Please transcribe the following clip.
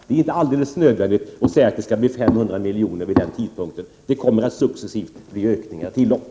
Det är inte alldeles nödvändigt att säga att det blir 500 miljoner vid en viss tidpunkt. De kommer successivt att få höjda anslag.